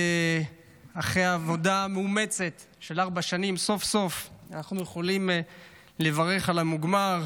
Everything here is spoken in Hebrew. אחרי עבודה מאומצת של ארבע שנים סוף-סוף אנחנו יכולים לברך על המוגמר,